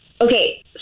Okay